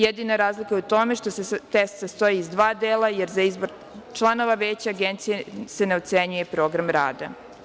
Jedina razlika je u tome što se test sastoji iz dva dela, jer za izbor članova Veća Agencije se ne ocenjuje i program rada.